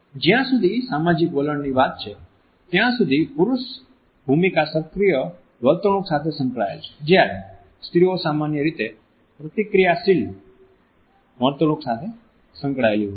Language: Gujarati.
જ્યાં સુધી સામાજિક વલણની વાત છે ત્યાં સુધી પુરુષ ભૂમિકા સક્રિય વર્તણૂક સાથે સંકળાયેલા છે જ્યારે સ્ત્રીઓ સામાન્ય રીતે પ્રતિક્રિયાશીલ વર્તણૂંક સાથે સંકળાયેલી હોય છે